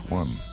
one